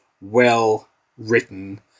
well-written